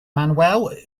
manuel